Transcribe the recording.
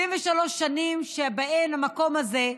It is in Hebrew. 73 שנים שבהן המקום הזה,